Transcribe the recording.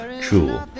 True